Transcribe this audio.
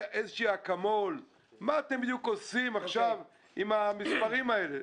מה אתם בדיוק עושים עכשיו עם הסכומים האלה?